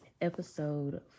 episode